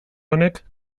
honek